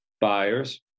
buyers